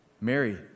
Mary